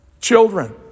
children